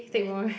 then